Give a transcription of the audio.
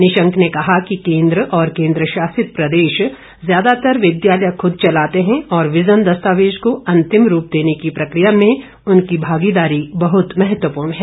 निशंक ने कहा कि केंद्र और केंद्रशासित प्रदेश ज्यादातर विद्यालय खुद चलाते हैं और विजन दस्तावेज को अंतिम रूप देने की प्रक्रिया में उनकी भागीदारी बहुत महत्वपूर्ण है